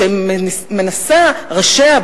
שראשיה,